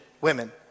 women